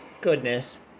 goodness